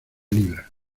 libra